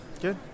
Good